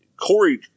Corey